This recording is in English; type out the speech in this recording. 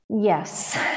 Yes